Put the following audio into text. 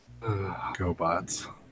GoBots